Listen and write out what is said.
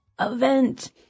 event